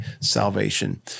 salvation